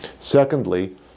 Secondly